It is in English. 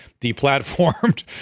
deplatformed